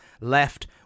left